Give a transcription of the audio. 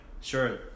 sure